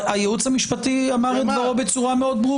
הייעוץ המשפטי אמר את דברו בצורה מאוד ברורה.